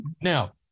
Now